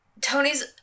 tony's